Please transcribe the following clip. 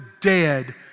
dead